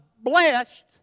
blessed